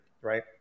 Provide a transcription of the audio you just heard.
right